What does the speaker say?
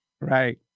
Right